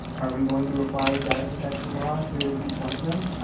are we going to apply data protection law to each one of them?